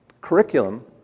curriculum